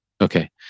Okay